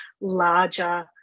larger